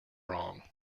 wrong